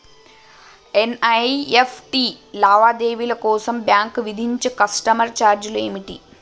NEFT లావాదేవీల కోసం bank విధించే కస్టమర్ ఛార్జీలు ఏమిటి?